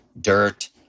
dirt